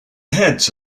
heads